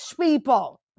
people